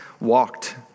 walked